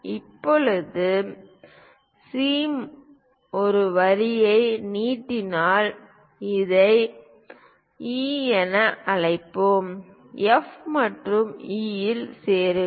இப்போது சி ஒரு வரியை நீட்டினால் இதை E என அழைக்கிறது F மற்றும் E இல் சேருங்கள்